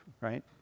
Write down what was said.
right